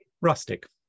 Rustic